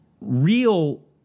real